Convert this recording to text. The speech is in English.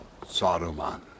Saruman